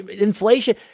inflation